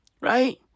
right